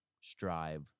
strive